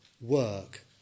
work